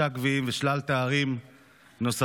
שישה גביעים ושלל תארים נוספים,